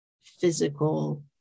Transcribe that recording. physical